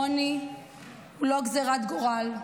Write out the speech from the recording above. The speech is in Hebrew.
עוני הוא לא גזרת גורל.